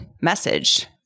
message